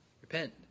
repent